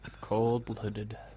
Cold-blooded